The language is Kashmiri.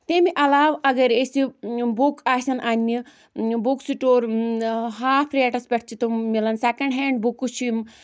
تمہِ علاوٕ اَگر أسۍ یہِ بُک آسن انٛنہِ بُک سِٹور ہاف ریٹَس پٮ۪ٹھ چھِ تٕم مِلان سٮ۪کٮ۪نٛڈ ہینٛڈ بُکٕس چھِ یِم